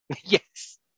yes